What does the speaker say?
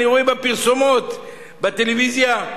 אני רואה בפרסומות בטלוויזיה,